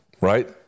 right